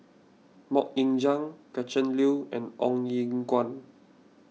Mok Ying Jang Gretchen Liu and Ong Eng Guan